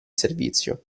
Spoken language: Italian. servizio